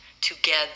together